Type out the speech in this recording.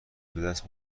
بدست